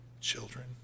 children